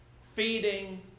feeding